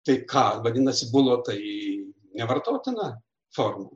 tai ką vadinasi bulotai nevartotina forma